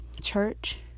church